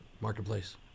marketplace